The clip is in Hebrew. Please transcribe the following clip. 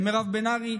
ולמירב בן ארי,